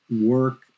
work